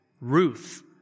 Ruth